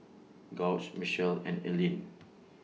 Gauge Michele and Eileen